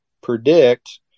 predict